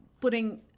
putting